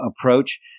approach